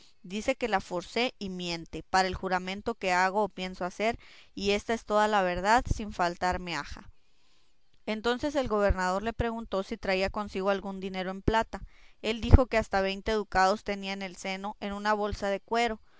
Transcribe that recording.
dice que la forcé y miente para el juramento que hago o pienso hacer y ésta es toda la verdad sin faltar meaja entonces el gobernador le preguntó si traía consigo algún dinero en plata él dijo que hasta veinte ducados tenía en el seno en una bolsa de cuero